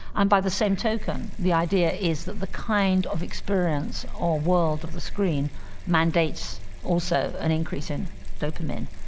and by the same token the idea is that the kind of experience or world of the screen mandates also an increase in dopamine,